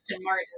Martin